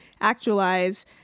actualize